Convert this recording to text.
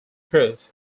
proof